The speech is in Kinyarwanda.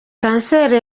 kanseri